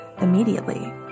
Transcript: immediately